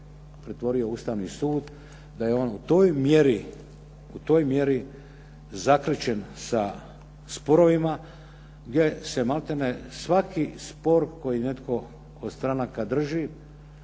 pretvorio Ustavni sud, da je on u toj mjeri zakrčen sa sporovima gdje se malte ne svaki spor koji netko od stranaka drži